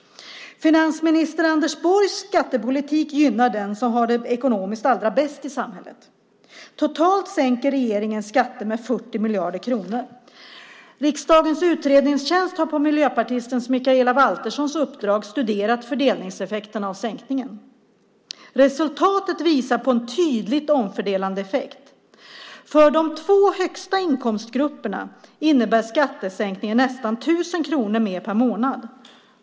Finansminister Anders Borgs skattepolitik gynnar den som har det ekonomiskt allra bäst i samhället. Totalt sänker regeringen skatter med 40 miljarder kronor. Riksdagens utredningstjänst har på miljöpartisten Mikaela Valterssons uppdrag studerat fördelningseffekten av sänkningen. Resultatet visar på en tydligt omfördelande effekt. För de två högsta inkomstgrupperna innebär skattesänkningen nästan tusen kronor mer per månad.